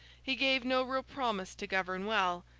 he gave no real promise to govern well,